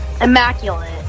Immaculate